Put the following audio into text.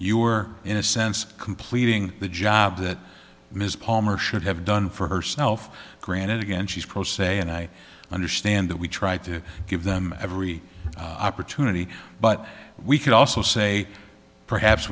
you are in a sense completing the job that ms palmer should have done for herself granted again she's pro se and i understand that we try to give them every opportunity but we could also say perhaps